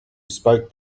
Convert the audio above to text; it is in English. spoke